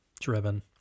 driven